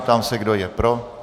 Ptám se, kdo je pro.